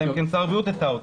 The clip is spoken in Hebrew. אלא אם כן שר הבריאות הטעה אותי.